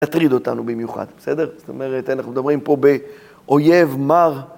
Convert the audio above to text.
תטריד אותנו במיוחד, בסדר? זאת אומרת, אנחנו מדברים פה באויב, מר.